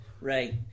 Right